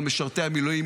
על משרתי המילואים,